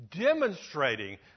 demonstrating